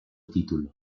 título